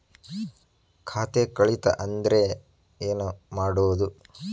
ಖಾತೆ ಕಳಿತ ಅಂದ್ರೆ ಏನು ಮಾಡೋದು?